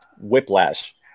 Whiplash